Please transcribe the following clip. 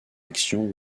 action